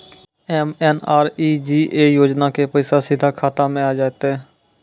MNREGA योजना के पैसा सीधा खाता मे आ जाते?